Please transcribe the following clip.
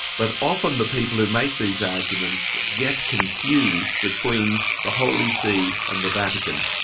but often the people who make these arguments get confused between the holy see and the vatican.